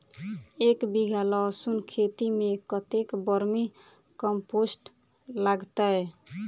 एक बीघा लहसून खेती मे कतेक बर्मी कम्पोस्ट लागतै?